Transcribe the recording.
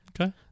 Okay